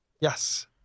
yes